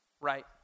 right